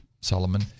Solomon